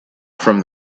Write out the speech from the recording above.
from